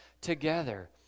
together